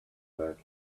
back